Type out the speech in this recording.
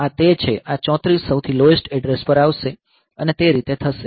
આ તે છે આ 34 સૌથી લોએસ્ટ એડ્રેસ પર આવશે અને તે રીતે થશે